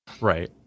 Right